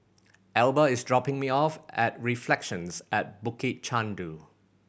Elba is dropping me off at Reflections at Bukit Chandu